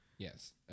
Yes